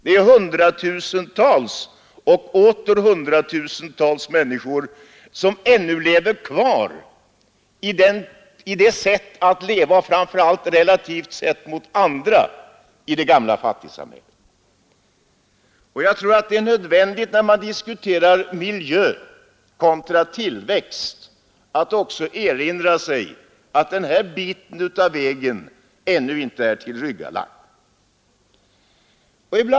Det är hudratusentals och åter hudratusentals människor som ännu lever kvar — framför allt i relation till andra — i det gamla fattigsamhället. Jag tror det är nödvändigt när man diskuterar miljö kontra tillväxt att också erinra sig att ännu är en bit av vägen kvar att gå.